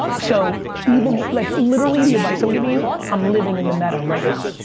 so even like literally the advice i'm giving you, i'm living in the meta right now.